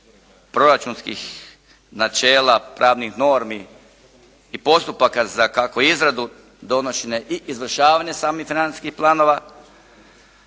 proračunskih načela pravnih normi i postupaka za kako izradu donošenja i izvršavanja samih financijskih planova,